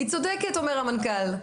היא צודקת, אומר המנכ"ל.